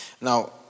Now